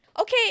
okay